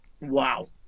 Wow